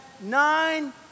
nine